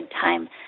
time